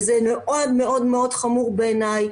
וזה מאוד מאוד חמור בעיני,